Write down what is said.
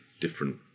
different